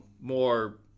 more